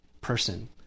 person